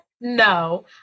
no